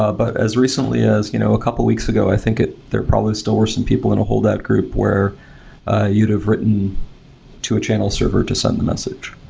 ah but as recently as you know a couple of weeks ago, i think there probably still were some people and that group where ah you'd have written to a channel server to send the message.